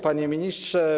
Panie Ministrze!